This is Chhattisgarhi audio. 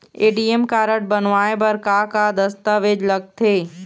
ए.टी.एम कारड बनवाए बर का का दस्तावेज लगथे?